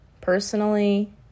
Personally